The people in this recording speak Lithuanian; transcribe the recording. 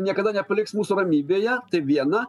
niekada nepaliks mūsų ramybėje tai viena